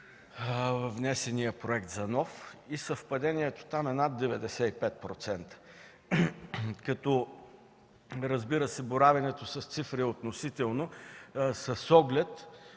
внесения проект за нов. Съвпадението там е над 95%. Разбира се, боравенето с цифри е относително с оглед